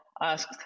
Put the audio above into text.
asked